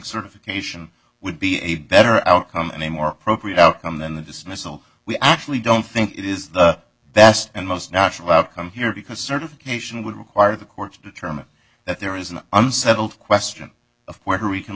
certification would be a better outcome and a more appropriate outcome than the dismissal we actually don't think is the best and most natural outcome here because certification would require the courts determine that there is an unsettled question of